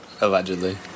allegedly